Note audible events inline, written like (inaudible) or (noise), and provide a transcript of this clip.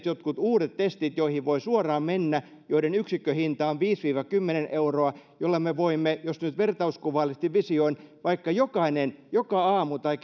(unintelligible) jotkut uudet testit joihin voi suoraan mennä joiden yksikköhinta on viisi viiva kymmenen euroa joilla me voimme jos nyt vertauskuvallisesti visioin vaikka jokainen joka aamu tai (unintelligible)